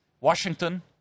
Washington